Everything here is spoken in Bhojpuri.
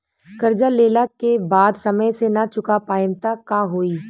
कर्जा लेला के बाद समय से ना चुका पाएम त का होई?